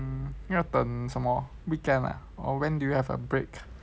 mm 要等什么 weekend ah or when do you have a break